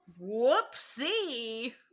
Whoopsie